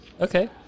Okay